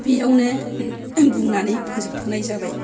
बेयावनो बुंनानै फोजोबथ'नाय जाबाय